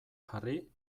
jarri